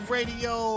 Radio